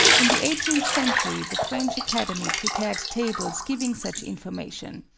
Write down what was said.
in the eighteenth century the french academy prepared tables giving such information,